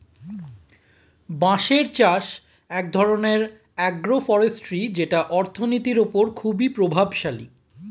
বাঁশের চাষ এক ধরনের আগ্রো ফরেষ্ট্রী যেটা অর্থনীতির ওপর খুবই প্রভাবশালী